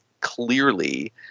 clearly